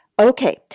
Okay